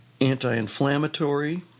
Anti-inflammatory